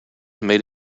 made